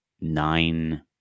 nine